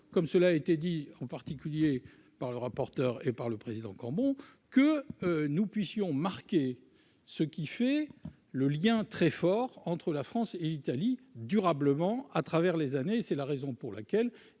comme cela a été dit en particulier par le rapporteur et par le président bon que nous puissions marquer ce qui fait le lien très fort entre la France et l'Italie durablement à travers les années, c'est la raison pour laquelle,